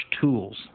tools